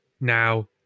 now